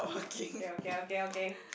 okay okay okay okay